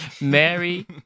Mary